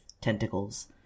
tentacles